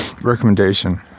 recommendation